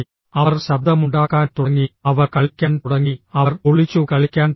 അവർ ശബ്ദമുണ്ടാക്കാൻ തുടങ്ങി അവർ കളിക്കാൻ തുടങ്ങി അവർ ഒളിച്ചു കളിക്കാൻ തുടങ്ങി